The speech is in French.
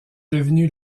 devenue